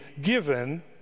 given